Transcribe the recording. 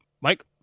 mike